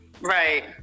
Right